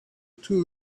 too